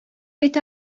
бит